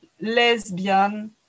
lesbian